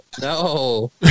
No